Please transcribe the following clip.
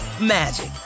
magic